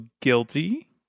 guilty